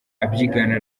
abyigana